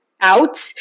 out